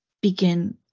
begin